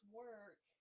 work